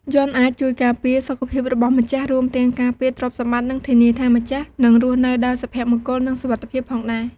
យន្តអាចជួយការពារសុខភាពរបស់ម្ចាស់ រួមទាំងការពារទ្រព្យសម្បត្តិ និងធានាថាម្ចាស់នឹងរស់នៅដោយសុភមង្គល និងសុវត្ថិភាពផងដែរ។